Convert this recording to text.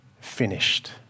finished